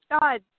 God